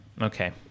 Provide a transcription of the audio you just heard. Okay